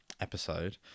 episode